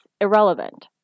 irrelevant